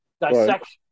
Dissection